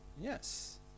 Yes